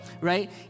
Right